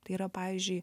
tai yra pavyzdžiui